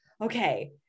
okay